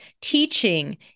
teaching